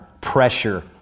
pressure